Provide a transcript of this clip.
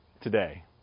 today